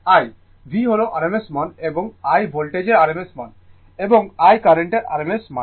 V হল rms মান এবং I ভোল্টেজের rms মান এবং I কার্রেন্টের rms মান